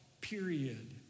period